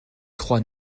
trois